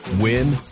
win